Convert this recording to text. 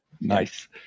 nice